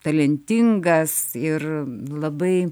talentingas ir labai